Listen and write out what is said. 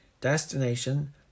Destination